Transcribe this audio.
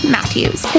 Matthews